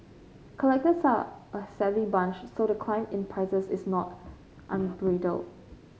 collectors are a savvy bunch so the climb in prices is not unbridled